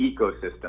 ecosystem